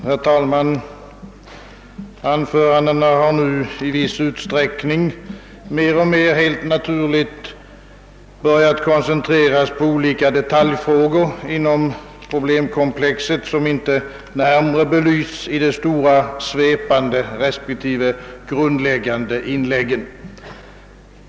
Herr talman! Anförandena har nu helt naturligt mer och mer börjat koncentreras på olika detaljfrågor inom problemkomplexet, som inte närmare belysts i de stora, svepande respektive grundläggande inläggen.